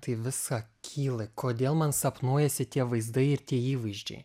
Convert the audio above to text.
tai visa kyla kodėl man sapnuojasi tie vaizdai ir tie įvaizdžiai